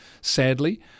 sadly